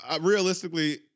realistically